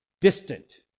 distant